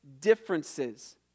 differences